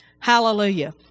Hallelujah